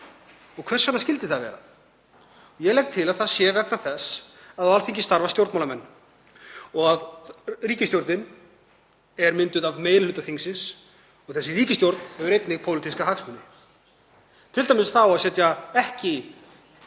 vegna skyldi það vera? Ég tel að það sé vegna þess að á Alþingi starfa stjórnmálamenn og ríkisstjórnin er mynduð af meiri hluta þingsins og þessi ríkisstjórn hefur einnig pólitíska hagsmuni, t.d. þá að setja ekki